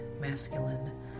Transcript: masculine